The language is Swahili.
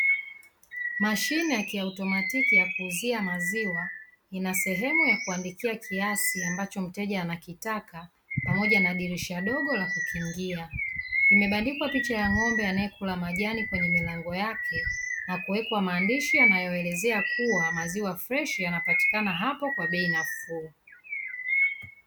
Mashine ya kiautomatiki ya kuuzia maziwa ina sehemu ya kuandikia kiasi ambacho mteja anakitaka pamoja na dirisha dogo la kukingia; imebandikwa picha ya ng'ombe anayekula majani kwenye milango yake na kuwekwa maandishi yanayoelezea kuwa maziwa freshi yanapatikana hapo kwa bei nafuu.